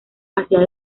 hacia